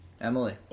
Emily